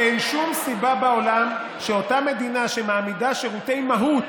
אין שום סיבה בעולם שאותה מדינה שמעמידה שירותי מהו"ת,